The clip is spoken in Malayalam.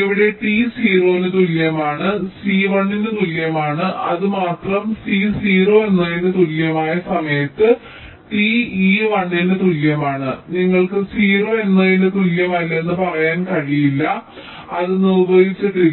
ഇവിടെ t 0 ന് തുല്യമാണ് c 1 ന് തുല്യമാണ് അത് മാത്രം c 0 എന്നതിന് തുല്യമായ സമയത്ത് t e 1 ന് തുല്യമാണ് നിങ്ങൾക്ക് 0 എന്നതിന് തുല്യമല്ലെന്ന് പറയാൻ കഴിയില്ല അത് നിർവ്വചിച്ചിട്ടില്ല